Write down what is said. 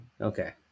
Okay